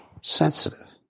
sensitive